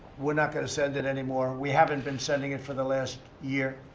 we're not going to send it anymore. we haven't been sending it for the last year